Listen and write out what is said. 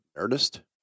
Nerdist